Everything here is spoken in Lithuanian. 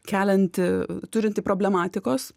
kelianti turinti problematikos